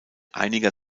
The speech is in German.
einiger